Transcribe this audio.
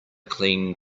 clean